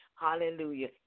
Hallelujah